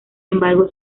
embargo